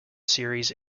series